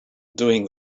doing